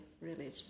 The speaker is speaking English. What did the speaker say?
religion